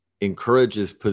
encourages